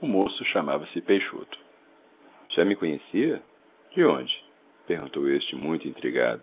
o moço chamava-se peixoto já me conhecia de onde perguntou este muito intrigado